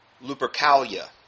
Lupercalia